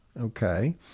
okay